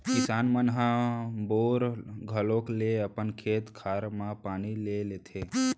किसान मन ह बोर घलौक ले अपन खेत खार म पानी ले लेथें